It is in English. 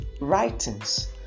writings